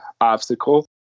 obstacle